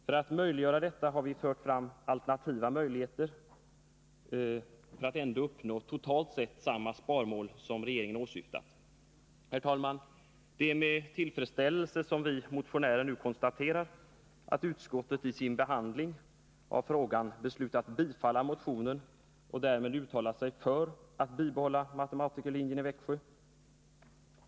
För att möjliggöra detta har vi pekat på alternativa möjligheter att ändå totalt uppnå det sparmål regeringen åsyftat. Herr talman! Det är med tillfredsställelse som vi motionärer nu konstaterar att utskottet i sin behandling av frågan beslutat tillstyrka motionen och därmed uttala sig för att bibehålla matematikerlinjen i Växjö.